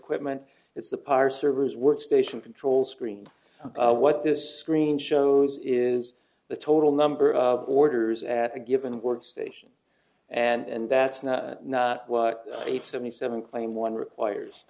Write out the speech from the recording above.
equipment it's the power servers workstation control screen what this green shows is the total number of orders at a given workstation and that's not not what eight seventy seven claim one requires